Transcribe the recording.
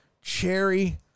cherry